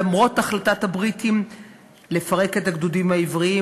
למרות החלטת הבריטים לפרק את הגדודים העבריים,